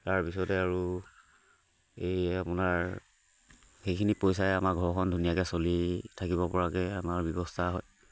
তাৰপিছতে আৰু এই আপোনাৰ সেইখিনি পইচাই আমাৰ ঘৰখন ধুনীয়াকৈ চলি থাকিব পৰাকৈ আমাৰ ব্যৱস্থা হয়